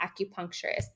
acupuncturist